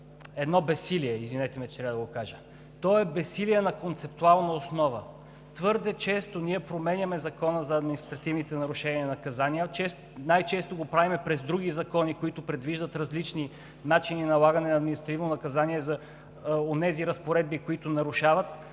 едно безсилие, извинете ме, че трябва да го кажа, то е безсилие на концептуална основа. Твърде често ние променяме Закона за административните нарушения и наказания. Най-често го правим през други закони, които предвиждат различни начини и налагане на административно наказание за онези разпоредби, които нарушават.